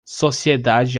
sociedade